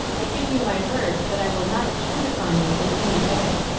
i give you my word that i will not obtrude upon you in any way.